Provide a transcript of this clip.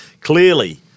Clearly